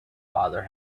father